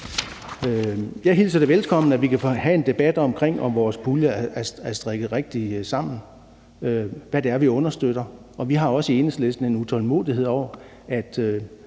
Jeg hilser det velkommen, at vi kan have en debat om, om vores puljer er strikket rigtigt sammen, og om, hvad det er, vi understøtter, og vi føler også i Enhedslisten en utålmodighed i